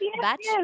batch